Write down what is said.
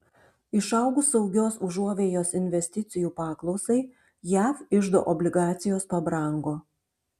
išaugus saugios užuovėjos investicijų paklausai jav iždo obligacijos pabrango